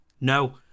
No